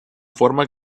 forma